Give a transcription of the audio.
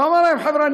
ואמר להם: חבר'ה,